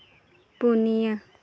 ᱯᱩᱱᱭᱟᱹ